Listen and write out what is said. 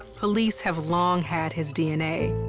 police have long had his dna,